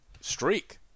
streak